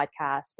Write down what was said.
podcast